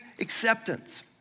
acceptance